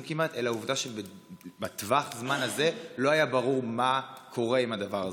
אלא שבטווח הזמן הזה לא היה ברור מה קורה עם הדבר הזה.